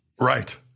Right